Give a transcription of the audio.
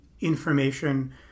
information